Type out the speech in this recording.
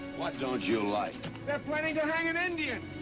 what don't you like? they're planning to hang an indian!